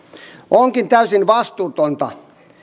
onkin täysin vastuutonta